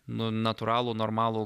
nu natūralų normalų